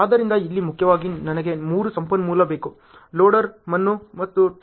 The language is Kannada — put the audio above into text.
ಆದ್ದರಿಂದ ಇಲ್ಲಿ ಮುಖ್ಯವಾಗಿ ನನಗೆ ಮೂರು ಸಂಪನ್ಮೂಲಗಳು ಬೇಕು ಲೋಡರ್ ಮಣ್ಣು ಮತ್ತು ಟ್ರಕ್